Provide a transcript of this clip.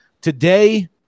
Today